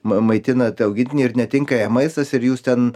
m maitinat augintinį ir netinka jam maistas ir jūs ten